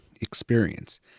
experience